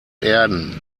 erden